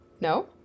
No